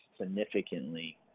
significantly